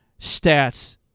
stats